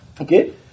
Okay